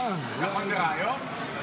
נכון זה רעיון?